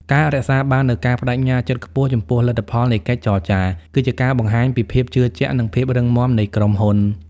ការរក្សាបាននូវ "ការប្តេជ្ញាចិត្តខ្ពស់" ចំពោះលទ្ធផលនៃកិច្ចចរចា គឺជាការបង្ហាញពីភាពជឿជាក់ និងភាពរឹងមាំនៃក្រុមហ៊ុន។